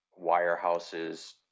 wirehouses